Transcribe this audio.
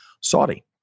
Saudi